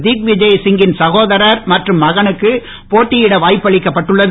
திக்விஜய் சிங்கின் சகோதரர் மற்றும் மகனுக்கு போட்டியிட வாய்ப்பளிக்கப்பட்டுள்ளது